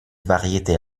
variété